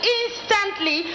instantly